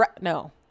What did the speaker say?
No